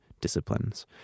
disciplines